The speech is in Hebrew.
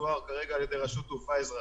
שתואר כרגע על ידי רשות תעופה אזרחית.